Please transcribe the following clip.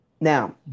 Now